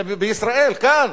אלא בישראל, כאן.